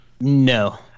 No